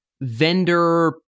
vendor